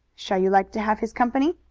shall you like to have his company?